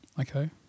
Okay